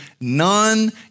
none